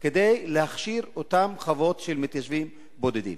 כדי להכשיר אותן חוות של מתיישבים בודדים.